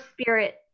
spirit